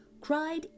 cried